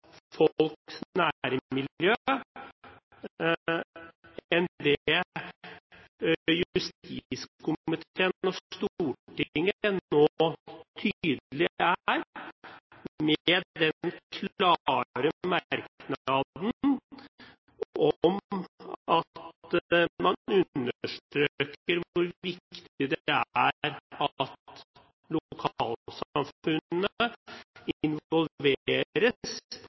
folks nærmiljø som det justiskomiteen og Stortinget nå tydelig er, med den klare merknaden om at man understreker hvor viktig det er at lokalsamfunnene involveres